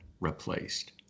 replaced